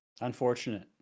unfortunate